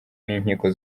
n’inkiko